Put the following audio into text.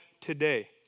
today